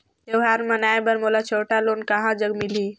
त्योहार मनाए बर मोला छोटा लोन कहां जग मिलही?